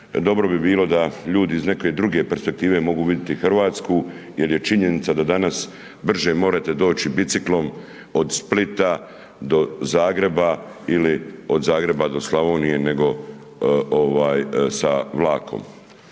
dobro bi bilo da ljudi iz neke druge perspektive mogu vidjeti Hrvatsku, jer je činjenica da danas brže morate doći biciklom, od Splita, do Zagreba ili od Zagreba do Slavonije, nego sa vlakom.